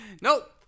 Nope